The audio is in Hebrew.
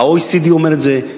ה-OECD אומר את זה,